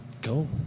Go